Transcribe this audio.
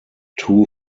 two